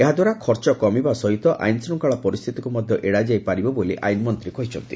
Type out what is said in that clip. ଏହାଦ୍ୱାରା ଖର୍ଚ୍ଚ କମିବା ସହିତ ଆଇନଶୃଙ୍ଖଳା ପରିସ୍ତିତିକୁ ମଧ୍ୟ ଏଡ଼ାଯାଇ ପାରିବ ବୋଲି ଆଇନମନ୍ତୀ କହିଛନ୍ତି